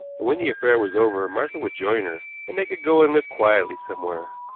and when the affair was over martha would join her, and they could go and live quietly somewhere.